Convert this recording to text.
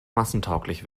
massentauglich